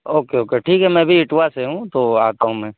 okay okay ٹھیک ہے میں بھی ایٹوا سے ہوں تو آتا ہوں میں